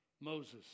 Moses